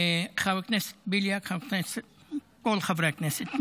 חבר הכנסת בליאק וכל חברי הכנסת.